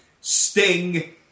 Sting